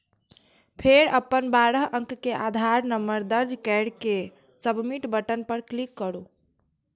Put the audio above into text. फेर अपन बारह अंक के आधार नंबर दर्ज कैर के सबमिट बटन पर क्लिक करू